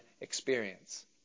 experience